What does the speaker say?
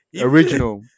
Original